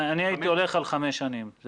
אני הייתי הולך על חמש שנים.